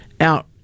out